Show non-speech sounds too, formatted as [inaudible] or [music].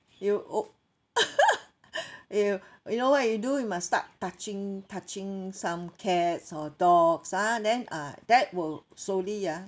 you o~ [laughs] you you know what you do you must start touching touching some cats or dogs ah then ah that will slowly ya